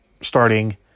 starting